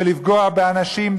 ולפגוע באנשים,